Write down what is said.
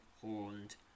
horned